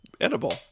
edible